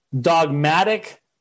dogmatic